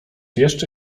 jeszcze